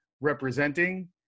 representing